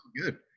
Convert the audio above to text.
Good